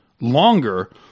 longer